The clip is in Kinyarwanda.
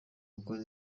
gukora